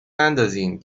نندازین